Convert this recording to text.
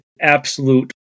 absolute